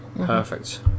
Perfect